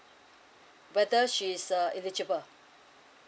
whether she's a eligible